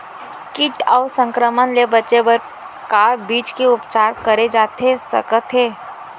किट अऊ संक्रमण ले बचे बर का बीज के उपचार करे जाथे सकत हे?